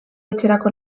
etxerako